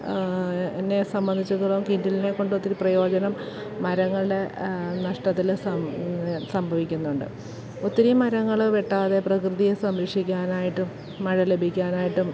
എന്നെ സംബന്ധിച്ചിടത്തോളം കിൻഡിലിനെക്കൊണ്ട് ഒത്തിരി പ്രയോജനം മരങ്ങളുടെ നഷ്ടത്തിലും സം സംഭവിക്കുന്നുണ്ട് ഒത്തിരി മരങ്ങള് വെട്ടാതെ പ്രകൃതിയെ സംരക്ഷിക്കാനായിട്ട് മഴ ലഭിക്കാനായിട്ടും